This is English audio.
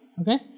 Okay